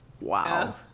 wow